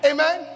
Amen